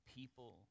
people